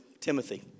Timothy